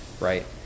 right